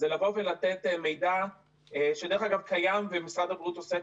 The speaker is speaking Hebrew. זה לבוא ולתת מידע שדרך אגב קיים ומשרד הבריאות עוסק